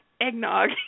eggnog